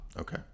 Okay